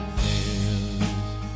fails